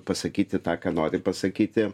pasakyti tą ką nori pasakyti